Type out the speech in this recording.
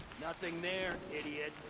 nothing there, idiot!